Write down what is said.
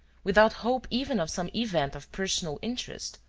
without hope even of some event of personal interest,